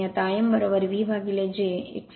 आता I mVj X m